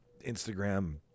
Instagram